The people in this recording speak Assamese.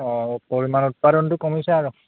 অঁ পৰিমাণ উৎপাদনটো কমিছে আৰু